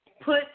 put